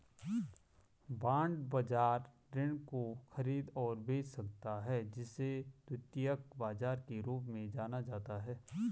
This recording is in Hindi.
बांड बाजार ऋण को खरीद और बेच सकता है जिसे द्वितीयक बाजार के रूप में जाना जाता है